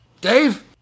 Dave